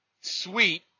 Sweet